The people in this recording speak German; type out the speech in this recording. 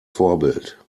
vorbild